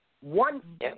One